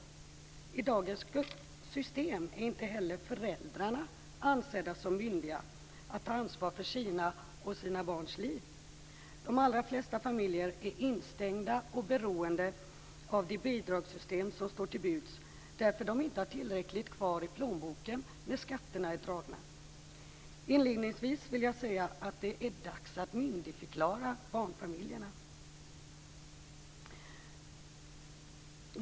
I dagens system är inte heller föräldrarna ansedda som myndiga att ta ansvar för sina egna och sina barns liv. De allra flesta familjerna är instängda och beroende av de bidragssystem som står till buds därför att de inte har tillräckligt kvar i plånboken när skatterna är dragna. Det är dags att myndigförklara barnfamiljerna.